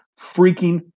freaking